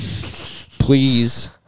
Please